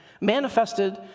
Manifested